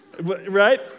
Right